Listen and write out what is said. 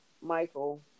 Michael